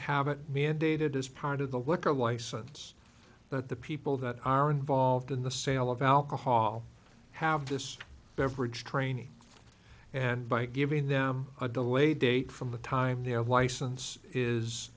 have it mandated as part of the liquor license that the people that are involved in the sale of alcohol have this beverage training and by giving them a de lay date from the time their license is